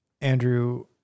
Andrew